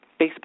Facebook